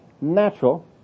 natural